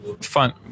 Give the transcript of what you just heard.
fun